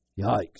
Yikes